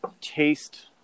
taste